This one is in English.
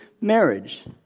marriage